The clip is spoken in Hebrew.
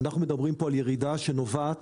אנחנו מדברים פה על ירידה שנובעת